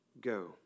go